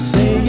Say